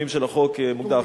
החוק, מוגדר.